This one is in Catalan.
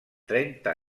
trenta